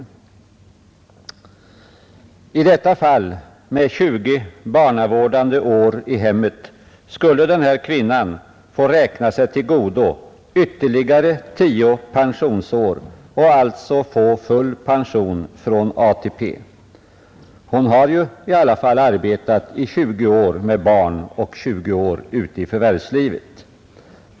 För dessa 20 barnavårdande år i hemmet skulle hon få räkna sig till godo ytterligare 10 pensionsår och således erhålla full pension från ATP. Och hon har ju i alla fall arbetat i 20 år med barn och 20 år ute i förvärvslivet.